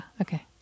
Okay